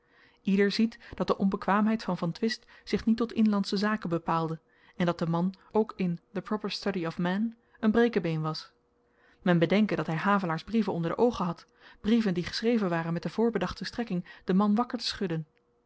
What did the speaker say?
ieder ziet dat de onbekwaamheid van van twist zich niet tot inlandsche zaken bepaalde en dat de man ook in the proper study of men n brekebeen was men bedenke dat hy havelaar's brieven onder de oogen had brieven die geschreven waren met de voorbedachte strekking den man wakker te schudden